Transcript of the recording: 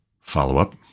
follow-up